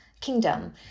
kingdom